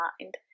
mind